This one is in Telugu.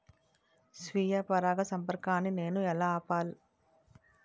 స్వీయ పరాగసంపర్కాన్ని నేను ఎలా ఆపిల్?